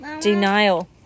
denial